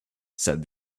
said